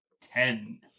Ten